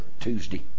Tuesday